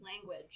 language